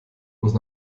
muss